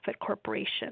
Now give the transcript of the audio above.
corporation